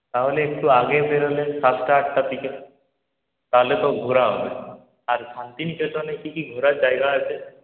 তাহলে একটু আগে বেরোলে সাতটা আটটার দিকে তাহলে তো ঘোরা হবে আর শান্তিনিকেতনে কী কী ঘোরার জায়গা আছে